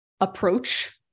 approach